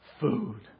food